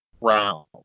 round